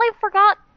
forgot